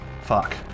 Fuck